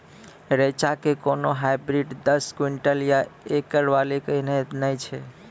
रेचा के कोनो हाइब्रिड दस क्विंटल या एकरऽ वाला कहिने नैय छै?